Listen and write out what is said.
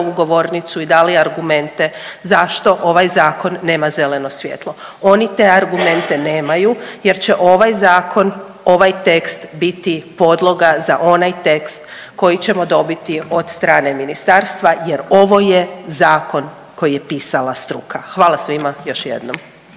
govornicu i dali argumente zašto ovaj zakon nema zeleno svjetlo. Oni te argumente nemaju, jer će ovaj zakon, ovaj tekst biti podloga za onaj tekst koji ćemo dobiti od strane ministarstva, jer ovo je zakon koji je pisala struka. Hvala svima još jednom.